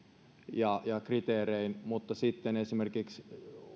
ja kriteerein toimia mutta sitten esimerkiksi